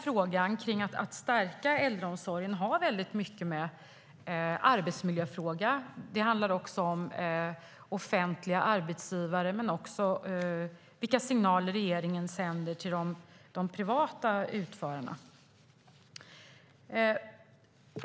Frågan om att stärka äldreomsorgen har mycket att göra med arbetsmiljöfrågan. Det handlar också om offentliga arbetsgivare men även om vilka signaler regeringen sänder till de privata utförarna.